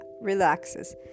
relaxes